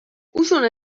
usun